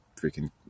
freaking